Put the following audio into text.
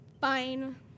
Fine